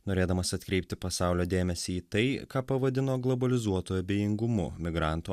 norėdamas atkreipti pasaulio dėmesį į tai ką pavadino globalizuotu abejingumu migrantų